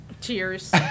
Cheers